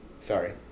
Sorry